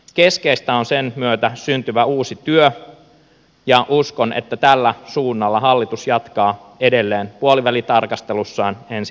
keskeistä on sen myötä syntyvä uusi työ ja uskon että tällä suunnalla hallitus jatkaa edelleen puolivälitarkastelussaan ensi keväänä